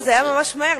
לא, זה היה ממש מהר.